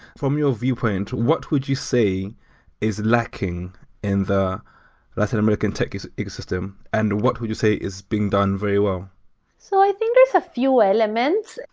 from your viewpoint, what would you say is lacking in the latin american tech ecosystem and what would you say is being done very well so i think there's a few elements.